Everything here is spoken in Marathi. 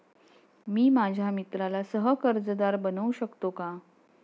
मी माझ्या मित्राला सह कर्जदार बनवू शकतो का?